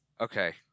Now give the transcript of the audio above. Okay